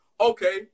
okay